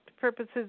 purposes